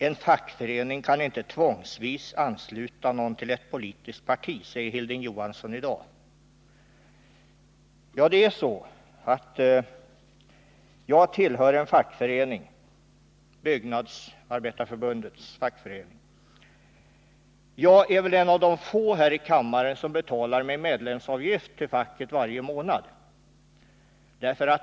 En fackförening kan inte tvångsvis ansluta någon till ett politiskt parti, säger Hilding Johansson i dag. Ja, själv tillhör jag en fackförening inom Byggnadsarbetareförbundet. Och jag är väl en av de få här i kammaren som betalar medlemsavgift till facket varje månad.